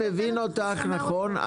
אם אני מבין אותך נכון,